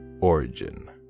origin